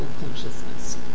consciousness